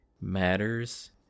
matters